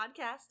podcast